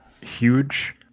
huge